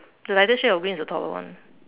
the lighter shade of the green is the taller one